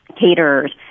caterers